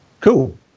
Cool